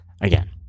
again